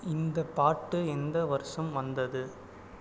இந்த பாட்டு எந்த வருஷம் வந்தது